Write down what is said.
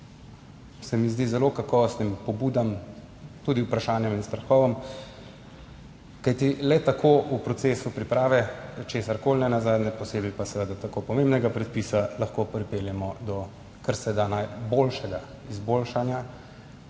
se mi zdi, zelo kakovostnim pobudam, tudi vprašanjem in strahovom. Kajti le tako v procesu priprave nenazadnje česarkoli, posebej pa seveda tako pomembnega predpisa, lahko pripeljemo do karseda najboljšega izboljšanja.